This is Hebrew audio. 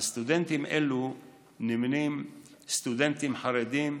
על סטודנטים אלו נמנים סטודנטים חרדים,